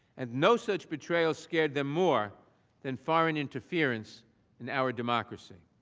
and no such betrayal scared the more than foreign interference in our democracy.